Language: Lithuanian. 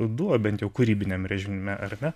duo bent jau kūrybiniame režime ar ne